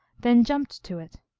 then jumped to it,